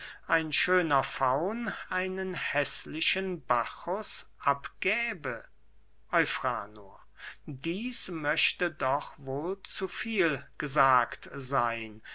ein schöner faun einen häßlichen bacchus abgäbe eufranor dieß möchte doch wohl zu viel gesagt seyn